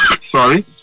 sorry